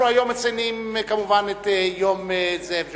אנחנו מציינים היום כמובן את יום זאב ז'בוטינסקי,